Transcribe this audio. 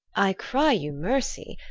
i cry you mercy,